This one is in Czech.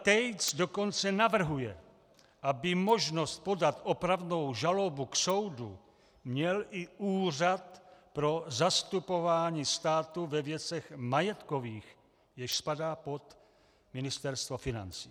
Tejc dokonce navrhuje, aby možnost podat opravnou žalobu k soudu měl i Úřad pro zastupování státu ve věcech majetkových, jenž spadá pod Ministerstvo financí.